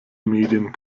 medien